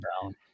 Brown